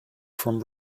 from